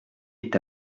est